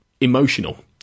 emotional